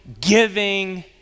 giving